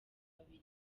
babiri